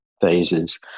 phases